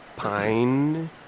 Pine